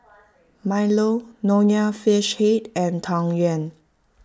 Milo Nonya Fish Head and Tang Yuen